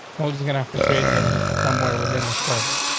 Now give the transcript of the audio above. but was was gonna have to create them somewhere within this program.